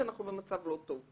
ואנחנו במצב לא טוב.